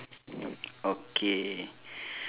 okay